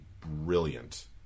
brilliant